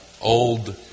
old